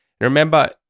Remember